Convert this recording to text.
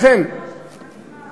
לכן, הזמן נגמר.